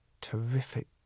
terrific